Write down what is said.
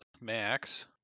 max